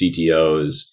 CTOs